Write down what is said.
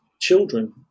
children